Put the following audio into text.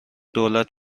دولت